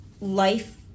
life